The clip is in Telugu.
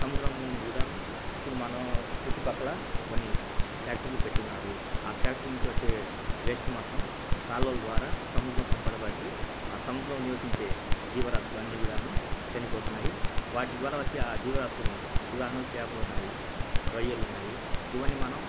సముద్రం కూడా ఇప్పుడు మనం చుట్టుపక్కల కొన్ని ఫ్యాక్టరీలు పెట్టున్నారు ఆ ఫ్యాక్టరీ నుంచి వచ్చే వేస్ట్ మొత్తము కాలువల ద్వారా సముద్రంలో పంపడం బట్టి ఆ సముద్రంలో నివసించే జీవరాసులన్నీ కూడా చనిపోతున్నాయి వాటి ద్వారా వచ్చే ఆ జీవరాసులని ఉదాహరణకు చేపలు ఉన్నాయి రొయ్యలున్నాయి ఇవ్వన్నీ మనం